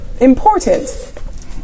important